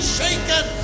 shaken